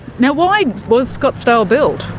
yeah why was scottsdale built?